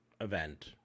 event